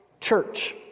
church